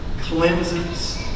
cleanses